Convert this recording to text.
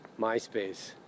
MySpace